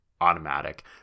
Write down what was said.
automatic